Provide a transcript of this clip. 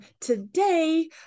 Today